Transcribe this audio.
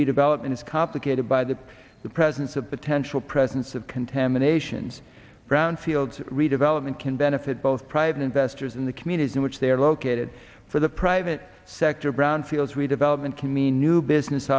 redevelopment is complicated by the presence of potential presence of contaminations brownfields redevelopment can benefit both private investors in the communities in which they are located for the private sector brownfield redevelopment can mean new business